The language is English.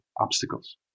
obstacles